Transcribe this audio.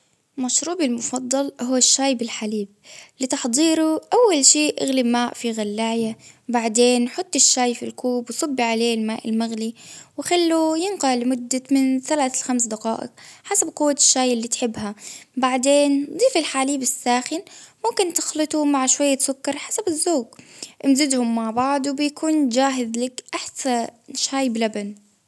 مشروبي المفضل هو الشاي بالحليب، لتحضيره أول شيء إغلي ماء في غلاية، بعدين حطي الشاي في الكوب وصبي عليه الماء المغلي، وخلوه ينفع لمدة من ثلاث خمس دقائق حسب قوة الشاي اللي تحبها، بعدين ضيف الحليب الساخن، ممكن تخلطوه مع شوية سكر حسب الزوق، إمزجهم مع بعض وبيكون جاهز لك أحسن شاي بلبن.